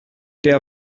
der